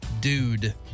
dude